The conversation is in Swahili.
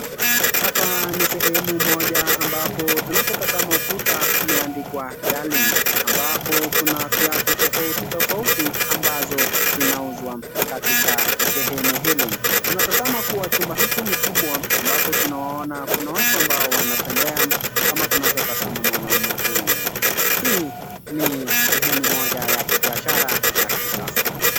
Hapa ni sehemu moja ambapo tunavyotazama ukuta kumeandikwa darling, ambapo kuna viatu tofauti tofauti ambazo zinauzwa katika sehemu hili. Tunatazama kuwa chumba hiki ni kubwa ambapo tunawaona kuna watu ambao wanatembea kama tunavyotazama mwanaume huyu. Hii ni sehemu moja ya kibiashara ya kisasa.